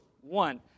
one